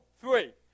Three